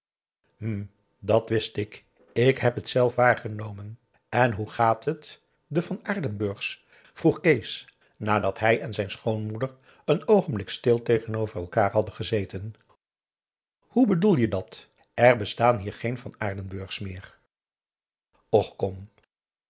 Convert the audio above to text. hm dat wist ik ik heb het zelf waargenomen en hoe gaat het de van aardenburgs vroeg kees nadat hij en zijn ex schoonmoeder een oogenblik stil tegenover elkaar hadden gezeten hoe bedoel je dat er bestaan hier geen van aardenburgs meêr och kom